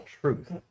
truth